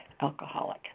alcoholic